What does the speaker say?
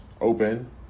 open